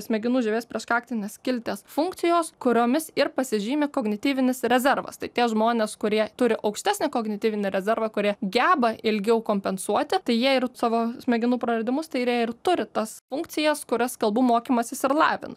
smegenų žievės prieš kaktinės skilties funkcijos kuriomis ir pasižymi kognityvinis rezervas tai tie žmonės kurie turi aukštesnį kognityvinį rezervą kurie geba ilgiau kompensuoti tai jie ir savo smegenų praradimus tai ir jie ir turi tas funkcijas kurias kalbų mokymasis ir lavina